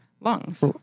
lungs